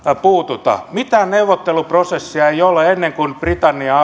puutu että mitään neuvotteluprosessia ei ole ennen kuin britannia